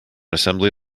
assembly